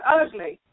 ugly